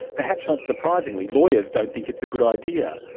perhaps not surprisingly, lawyers don't think it's a good idea.